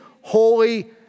holy